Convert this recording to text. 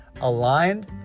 aligned